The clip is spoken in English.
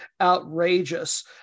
outrageous